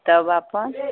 तब अपन